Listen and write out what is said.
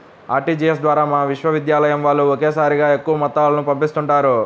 RTGS ద్వారా మా విశ్వవిద్యాలయం వాళ్ళు ఒకేసారిగా ఎక్కువ మొత్తాలను పంపిస్తుంటారు